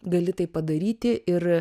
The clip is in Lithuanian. gali tai padaryti ir